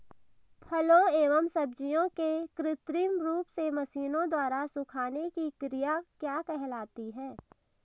फलों एवं सब्जियों के कृत्रिम रूप से मशीनों द्वारा सुखाने की क्रिया क्या कहलाती है?